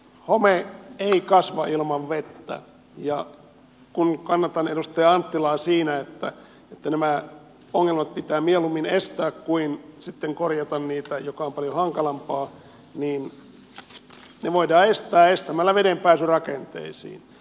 home ei kasva ilman vettä ja kun kannatan edustaja anttilaa siinä että nämä ongelmat pitää mieluummin estää kuin sitten korjata niitä mikä on paljon hankalampaa niin ne voidaan estää estämällä veden pääsy rakenteisiin